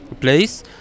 place